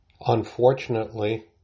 Unfortunately